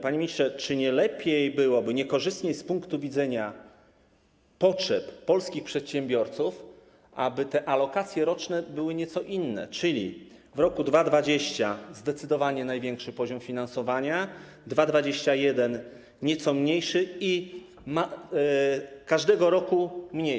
Panie ministrze, czy nie lepiej byłoby, nie korzystniej z punktu widzenia potrzeb polskich przedsiębiorców, aby te alokacje roczne były nieco inne, czyli żeby w roku 2020 był zdecydowanie największy poziom finansowania, w 2021 r. - nieco mniejszy i każdego roku mniejszy?